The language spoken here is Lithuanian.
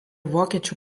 vokiečių